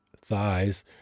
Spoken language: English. thighs